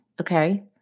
Okay